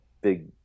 big